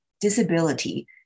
disability